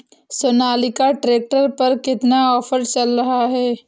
Sonalika tractor पर कितना offer चल रहा है?